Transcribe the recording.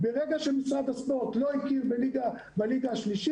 ברגע שמשרד הספורט לא הכיר בליגה השלישית